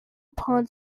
upon